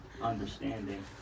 understanding